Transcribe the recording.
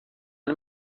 این